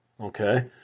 okay